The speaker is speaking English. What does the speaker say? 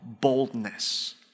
boldness